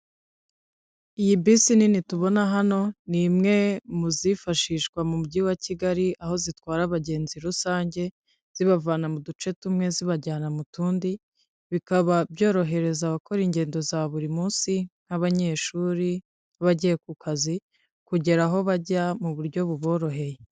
Iyi bisi nini tubona hano ni imwe mu zifashishwa mu mujyi wa Kigali aho zitwara abagenzi rusange zibavana mu duce tumwe zibajyana mu tundi. Bikaba byorohereza abakora ingendo za buri munsi nk'abanyeshuri bagiye ku kazi kugera aho bajya mu buryo buboroheye.